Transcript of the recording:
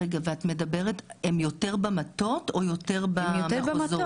רגע, הם יותר במטות או יותר במחוזות?